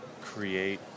create